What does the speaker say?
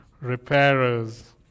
repairers